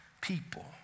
people